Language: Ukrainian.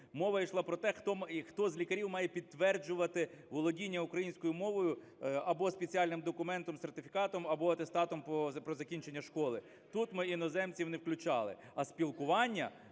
Мова йшла проте, хто з лікарів має підтверджувати володіння українською мовою або спеціальним документом – сертифікатом, або атестатом про закінчення школи. Тут ми іноземців не включали. А спілкування